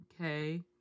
Okay